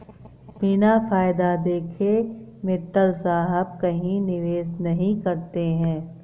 बिना फायदा देखे मित्तल साहब कहीं निवेश नहीं करते हैं